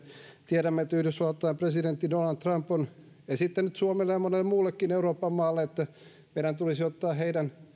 tiedämme että yhdysvaltain presidentti donald trump on esittänyt suomelle ja monelle muullekin euroopan maalle että meidän tulisi ottaa heidän